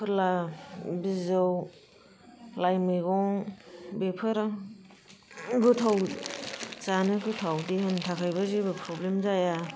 फोरला बिजौ लाइ मैगं बेफोरो गोथाव जानो गोथाव देहानि थाखायबो जेबो प्रब्लेम जाया